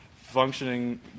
functioning